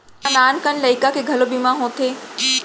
का नान कन लइका के घलो बीमा होथे?